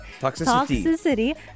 toxicity